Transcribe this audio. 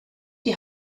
die